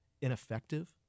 ineffective